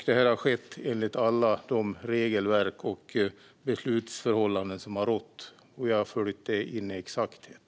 Detta har skett enligt alla rådande regelverk och beslutsförhållanden, och jag har följt dem med exakthet.